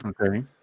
Okay